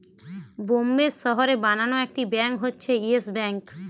বোম্বের শহরে বানানো একটি ব্যাঙ্ক হচ্ছে ইয়েস ব্যাঙ্ক